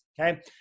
Okay